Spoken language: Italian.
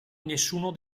nessuno